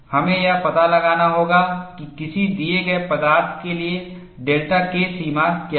हमें यह पता लगाना होगा कि किसी दिए गए पदार्थ के लिए डेल्टा K सीमा क्या है